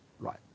Right